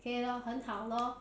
K lor 很好咯